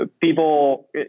people